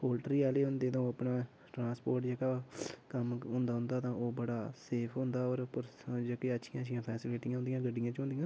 poultry आह्ले होंदे तां ओह् अपना ट्रांसपोर्ट जेह्का कम्म होंदा तां बड़ा सेफ होंदा होर उप्पर जेह्कियां अच्छियां अच्छियां फैसलिटियां होंदियां गड्डियें च होंदियां